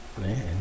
Man